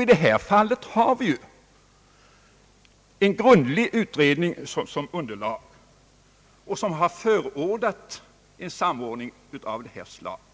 I detta fall har vi en grundlig utredning som underlag. Den har förordat en samordning av det här slaget.